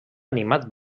animat